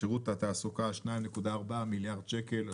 שירות התעסוקה 2.4 מיליארד שקל.